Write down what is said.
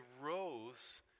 rose